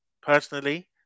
personally